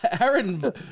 Aaron